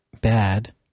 bad